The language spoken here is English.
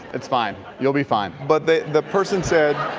that's fine. you'll be fine. but the the person said